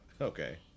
Okay